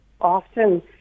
often